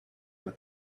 with